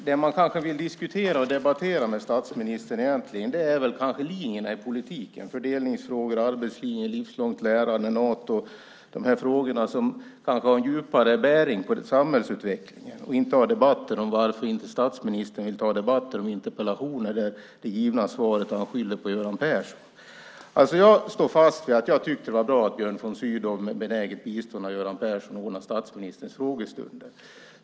Det man egentligen vill diskutera och debattera med statsministern är väl kanske linjerna i politiken, fördelningsfrågor, arbetslinjen, livslångt lärande, Nato - de frågor som kanske har en djupare bäring på samhällsutvecklingen. Man kanske egentligen inte vill ha debatter om varför statsministern inte vill ta debatter om interpellationer, där det givna svaret är att han skyller på Göran Persson. Jag står fast vid att jag tyckte att det var bra att Björn von Sydow med benäget bistånd av Göran Persson ordnade statsministerns frågestunder.